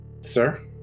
Sir